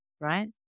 right